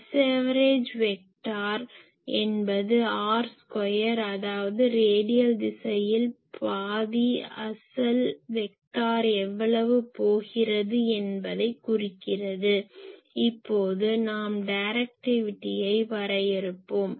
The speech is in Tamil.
Saverage வெக்டார் என்பது r2 அதாவது ரேடியல் திசையில் பாதி அசல் வெக்டார் எவ்வளவு போகிறது என்பதைக் குறிக்கிறது இப்போது நாம் டைரெக்டிவிட்டியை வரையறுப்போம்